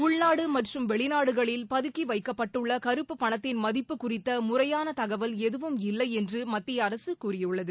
உள்நாடு மற்றும் வெளிநாடுகளில் பதுக்கி வைக்கப்பட்டுள்ள கருப்பு பணத்தின் மதிப்பு குறித்த முறையான தகவல் எதுவும் இல்லை என்று மத்திய அரசு கூறியுள்ளது